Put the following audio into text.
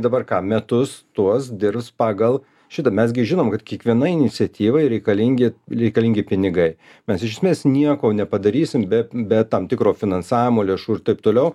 dabar ką metus tuos dirbs pagal šitą mes gi žinom kad kiekvienai iniciatyvai reikalingi reikalingi pinigai mes iš esmės nieko nepadarysim be be tam tikro finansavimo lėšų ir taip toliau